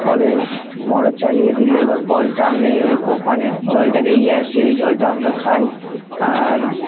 কলের মটর চালিয়ে দিলে বা কল টানলে ওই পানির জলটা বেরিয়ে আসে ওই জলটা আমরা খাই আর